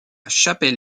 chapel